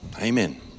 Amen